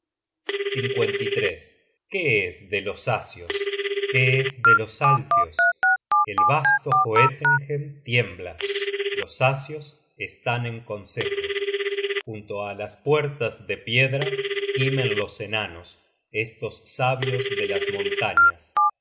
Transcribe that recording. search generated at qué es de los asios qué es de los alfios el vasto joetenhem tiembla los asios están en consejo junto á las puertas de piedra gimen los enanos estos sabios de las montañas